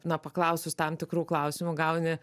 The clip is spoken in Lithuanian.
na paklausus tam tikrų klausimų gauni